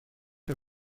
von